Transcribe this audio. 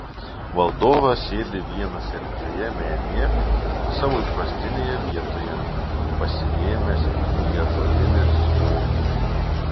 valdovas sėdi vienas erdvioje menėje savo įprastinėje vietoje pasirėmęs į ąžuolinį skobnį